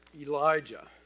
Elijah